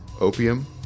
Opium